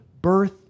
birth